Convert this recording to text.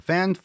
Fan